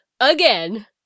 again